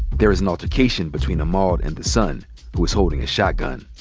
there is an altercation between ahmaud and the son who was holding a shotgun.